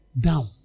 down